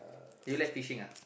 you like fishing ah